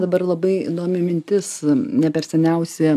dabar labai įdomi mintis ne per seniausiai